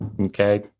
Okay